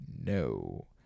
no